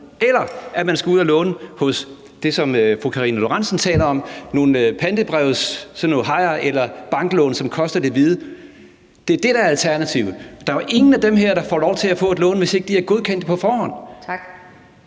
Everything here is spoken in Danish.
eller at man skal ud at låne hos dem, som fru Karina Lorentzen Dehnhardt taler om, nemlig nogle pantebrevshajer, eller at man skal have banklån, som koster det hvide ud af øjnene. Det er det, der er alternativet. Der er jo ingen af dem her, der får lov til at få et lån, hvis ikke de er godkendt på forhånd. Kl.